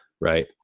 right